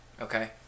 okay